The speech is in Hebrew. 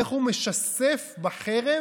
איך הוא משסף בחרב